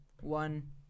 one